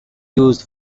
used